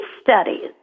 studies